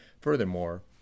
Furthermore